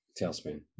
Tailspin